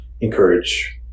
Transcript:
encourage